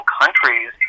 countries